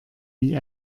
wie